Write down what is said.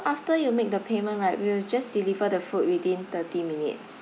after you make the payment right we'll just deliver the food within thirty minutes